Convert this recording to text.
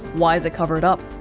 why is it covered up?